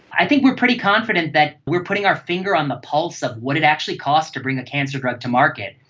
i think we are pretty confident that we are putting our finger on the pulse of what it actually costs to bring a cancer drug to market.